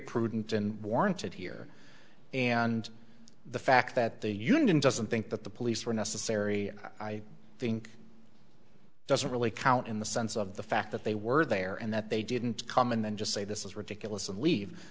prudent and warranted here and the fact that the union doesn't think that the police were necessary i think doesn't really count in the sense of the fact that they were there and that they didn't come and then just say this is ridiculous and leave